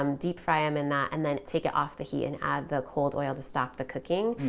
um deep fry them in that, and then take it off the heat and add the cold oil to stop the cooking.